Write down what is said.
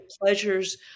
pleasures